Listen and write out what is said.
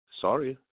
Sorry